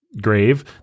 Grave